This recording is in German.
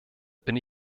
bin